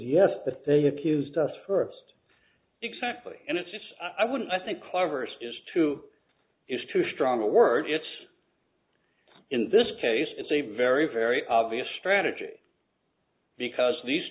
but they accused us first exactly and it's just i wouldn't i think cleverest is too is too strong a word it's in this case it's a very very obvious strategy because these